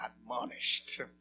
admonished